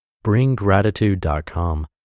bringgratitude.com